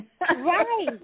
Right